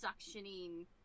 suctioning